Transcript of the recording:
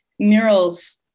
murals